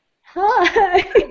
Hi